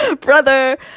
brother